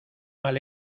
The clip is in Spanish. mal